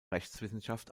rechtswissenschaft